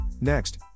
Next